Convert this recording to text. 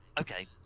Okay